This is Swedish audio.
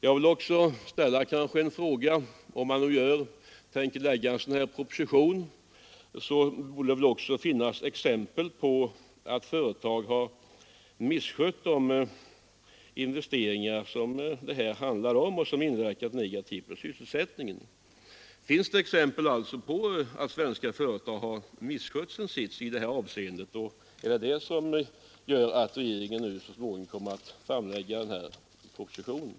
Jag vill även ställa frågan, för den händelse man tänker framlägga en proposition av det här slaget, om det finns exempel på att företag har misskött investeringar av det slag det här handlar om och som då inverkat negativt på sysselsättningen. Finns det alltså exempel på att svenska företag har misskött sin sits i detta avseende, och är det till följd härav som regeringen nu så småningom kommer att framlägga den aviserade propositionen?